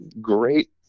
great